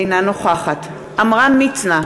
אינה נוכחת עמרם מצנע,